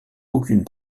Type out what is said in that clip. aucune